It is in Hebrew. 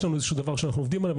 יש לנו איזה דבר שאנחנו עובדים עליו.